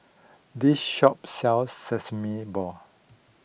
this shop sells Sesame Balls